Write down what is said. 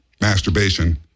masturbation